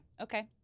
okay